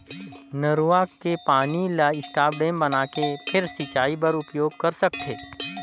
नरूवा के पानी ल स्टॉप डेम बनाके फेर सिंचई बर उपयोग कर सकथे